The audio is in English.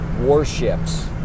warships